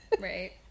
Right